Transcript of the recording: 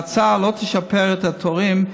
ההצעה לא תשפר את התורים,